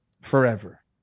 forever